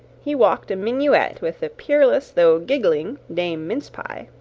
he walked a minuet with the peerless, though giggling, dame mince-pie.